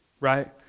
right